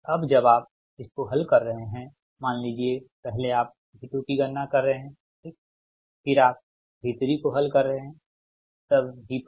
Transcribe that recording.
अब जब आप इसको हल कर रहे हैं मान लीजिए पहले आप V2 की गणना कर रहे हैं ठीक फिर आप V3 को हल कर रहे हैं तब V4